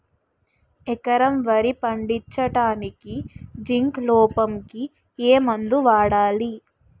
ఎకరం వరి పండించటానికి జింక్ లోపంకి ఏ మందు వాడాలి?